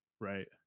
Right